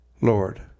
Lord